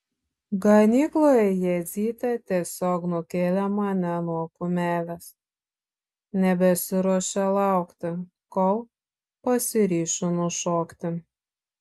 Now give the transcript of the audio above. ganykloje jadzytė tiesiog nukėlė mane nuo kumelės nebesiruošė laukti kol pasiryšiu nušokti